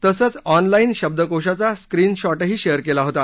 तसंच ऑनला जे शब्दकोषाचा स्क्रीनशॉटही शेअर केला होता